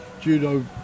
judo